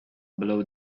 below